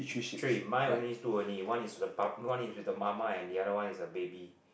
three mine only is two only one is with the pa~ one is with the mama and the other one is a baby